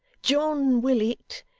john willet,